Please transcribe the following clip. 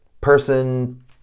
person